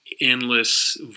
endless